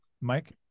Mike